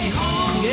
home